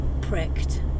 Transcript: pricked